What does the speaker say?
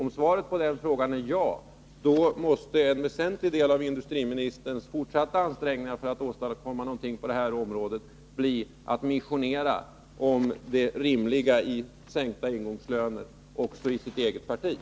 Om svaret blir jakande, måste en väsentlig del av industriministerns fortsatta ansträngningar för att åstadkomma någonting på detta område bli att missionera också i hans eget parti om det rimliga i sänkta ingångslöner.